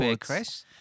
Chris